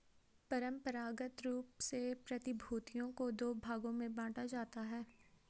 परंपरागत रूप से प्रतिभूतियों को दो भागों में बांटा जाता है